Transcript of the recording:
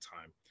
time